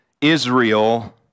Israel